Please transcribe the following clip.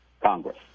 Congress